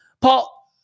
Paul